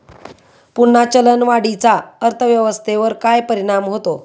पुन्हा चलनवाढीचा अर्थव्यवस्थेवर काय परिणाम होतो